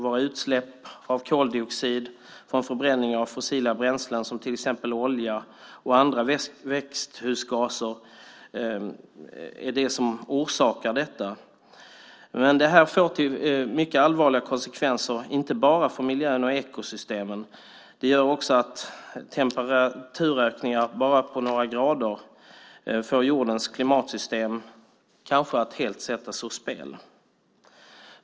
Våra utsläpp av koldioxid från förbränning av fossila bränslen, till exempel olja och andra växthusgaser är det som orsakar detta. Detta får mycket allvarliga konsekvenser inte bara för miljön och ekosystemen. Det är också så att temperaturökningar på bara några grader kan få jordens klimatsystem att helt sättas ur spel.